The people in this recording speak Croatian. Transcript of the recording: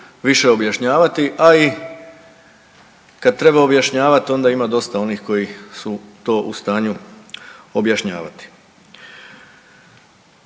više objašnjavati, a i kad treba objašnjavat onda ma dosta onih koji su to u stanju objašnjavati.